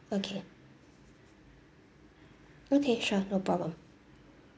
okay okay sure no problem